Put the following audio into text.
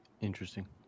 Interesting